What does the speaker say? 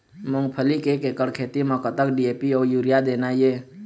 मूंगफली के एक एकड़ खेती म कतक डी.ए.पी अउ यूरिया देना ये?